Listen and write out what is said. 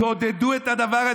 תעודדו את הדבר הזה,